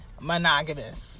monogamous